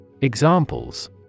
Examples